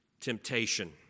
temptation